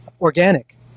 organic